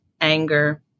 anger